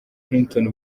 clinton